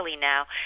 now